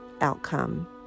outcome